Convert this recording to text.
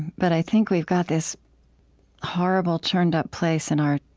but i think we've got this horrible, churned-up place in our